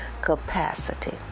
capacity